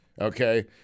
okay